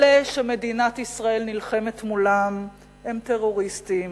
אלה שמדינת ישראל נלחמת מולם הם טרוריסטים,